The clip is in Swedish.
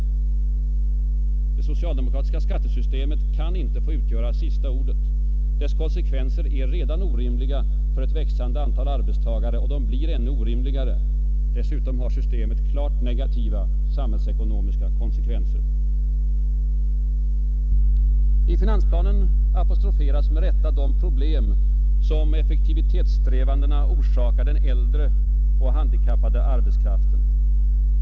Det socialdemokratiska skattesystemet kan inte få utgöra sista ordet. Dess konsekvenser är redan orimliga för ett växande antal arbetstagare. Och de blir ännu orimligare. Systemet har dessutom klart negativa samhällsekonomiska konsekvenser. I finansplanen apostroferas med rätta de problem som effektivitetssträvandena orsakar den äldre och handikappade arbetskraften.